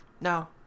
No